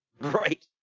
Right